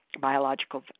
biological